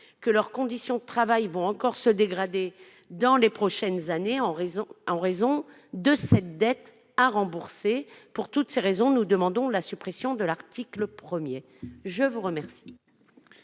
que leurs conditions de travail vont encore se dégrader dans les prochaines années en raison de cette dette à rembourser. Pour toutes ces raisons, nous demandons la suppression de l'article 1. Quel